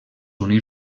unir